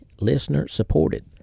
listener-supported